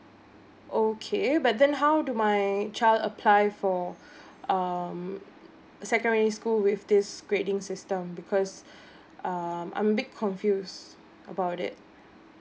okay but then how do my child apply for um secondary school with this grading system because um I'm a bit confused about it